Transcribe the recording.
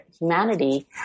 humanity